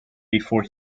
before